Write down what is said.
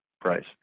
price